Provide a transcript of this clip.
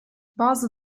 bazı